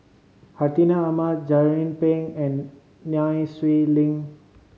Hartinah Ahmad Jernnine Pang and Nai Swee Leng